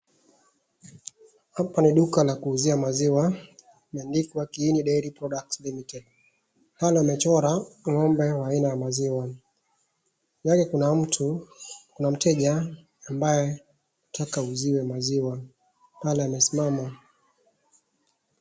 Hapa ni duka la kuuzia maziwa, imeandikwa Kieni dairy Products Limited. Pale wamechora ng'ombe wa aina wa maziwa. Nyage kuna mtu kuna mteja ambaye anataka auziwe maziwa pale amesimama.